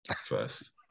First